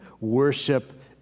Worship